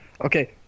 okay